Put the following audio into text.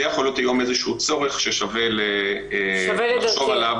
זה יכול להיות היום איזשהו צורך ששווה לחשוב עליו